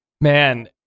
man